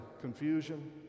confusion